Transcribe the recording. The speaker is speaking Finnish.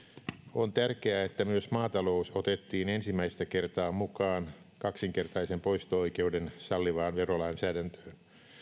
on tärkeää että myös maatalous otettiin ensimmäistä kertaa mukaan kaksinkertaisen poisto oikeuden sallivaan verolainsäädäntöön